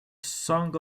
song